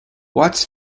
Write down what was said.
watts